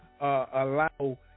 allow